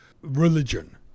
religion